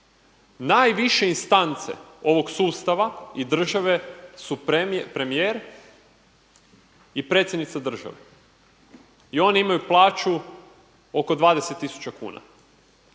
Najviše instance ovog sustava i države su premijer i predsjednica države i oni imaju plaću oko 20000 kuna,